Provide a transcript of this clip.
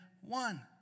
one